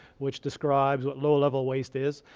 which describes what low-level waste is.